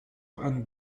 and